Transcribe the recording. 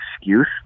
excuse